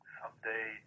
someday